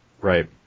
Right